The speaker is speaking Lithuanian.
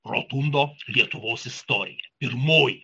rotundo lietuvos istorija pirmoji